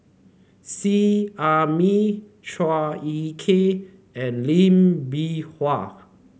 Seet Ai Mee Chua Ek Kay and Lee Bee Wah